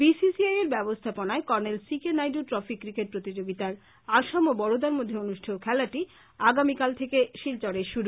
B C C I এর ব্যাবস্থাপনায় colonel C K Naidu trophy cricket প্রতিযোগীতার আসাম ও বরোদার মধ্যে অনুষ্ঠেয় খেলাটি আগামীকাল থেকে শিলচরে শুরু